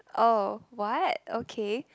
oh what okay